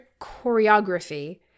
choreography